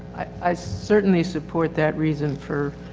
i, i certainly support that reason for